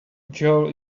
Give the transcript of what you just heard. joel